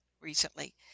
recently